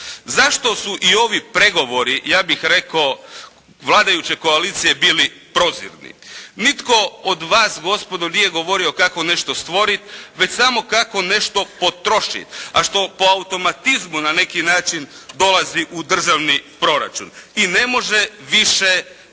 Zašto su i ovi pregovori ja bih rekao vladajuće koalicije bili prozirni? Nitko od vas gospodo nije govorio kako nešto stvoriti već samo kako nešto potrošiti, a što po automatizmu na neki način dolazi u državni proračun i ne može više jednostavno